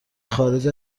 خارج